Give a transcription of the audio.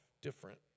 different